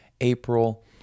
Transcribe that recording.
april